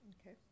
Okay